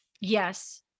Yes